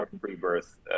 pre-birth